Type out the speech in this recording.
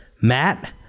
Matt